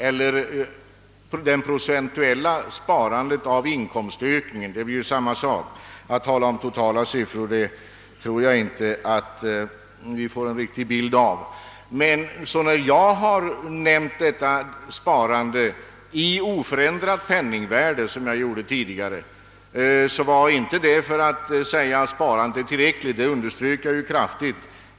Jämför man sparandets procentuella andel av inkomstökningen blir det samma sak. Jag tror inte att vi får någon riktig bild genom att nämna totala siffror. När jag talade om utvecklingen av sparandet i oförändrat penningvärde, så var det inte för att säga att sparandet är tillräckligt. Det underströk jag kraftigt.